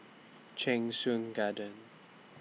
Cheng Soon Garden